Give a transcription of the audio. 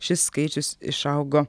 šis skaičius išaugo